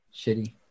shitty